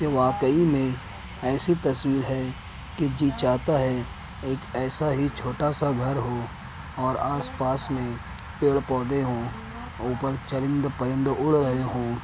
کہ واقعی میں ایسی تصویر ہے کہ جی چاہتا ہے ایک ایسا ہی چھوٹا سا گھر ہو اور آس پاس میں پیڑپودے ہوں اوپر چرند پرند اڑ رہے ہوں